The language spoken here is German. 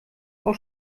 auch